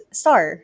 star